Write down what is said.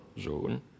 zone